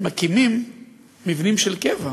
מקימים מבנים של קבע.